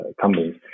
companies